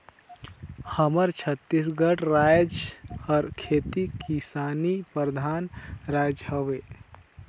हमर छत्तीसगढ़ राएज हर खेती किसानी परधान राएज हवे